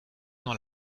dans